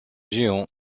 jehan